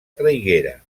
traiguera